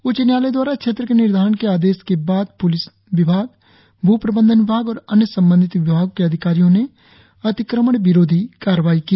उच्च न्यायालय द्वारा क्षेत्र के निर्धारण के आदेश के बाद प्लिस विभाग भू प्रबंधन विभाग और अन्य संबंधित विभागो के अधिकारियों ने अतिक्रमण विरोधी कार्रवाई की